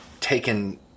taken